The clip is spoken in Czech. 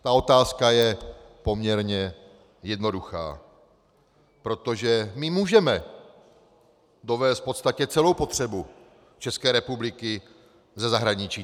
Ta otázka je poměrně jednoduchá, protože my můžeme dovézt v podstatě celou potřebu České republiky ze zahraničí.